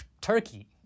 Turkey